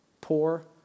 poor